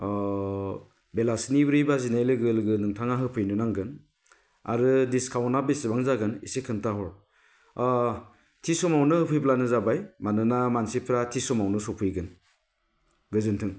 अ बेलासिनि ब्रै बाजिनाय लोगो लोगो नोंथाङा होफैनो नांगोन आरो दिस्काउन्टआ बेसेबां जागोन एसे खोन्थाहर थि समावनो होफैब्लानो जाबाय मानोना मानसिफ्रा थि समावनो सफैगोन गोजोनथों